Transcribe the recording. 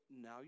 now